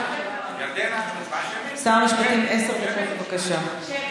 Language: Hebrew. חתימות להצבעה שמית, 20 חתימות, ולכן